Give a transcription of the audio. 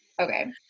Okay